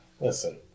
Listen